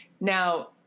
Now